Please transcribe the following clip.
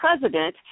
President